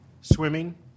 swimming